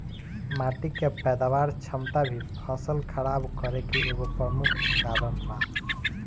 माटी के पैदावार क्षमता भी फसल खराब करे के एगो प्रमुख कारन बा